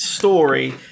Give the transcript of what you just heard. story